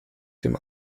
dem